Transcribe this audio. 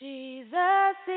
Jesus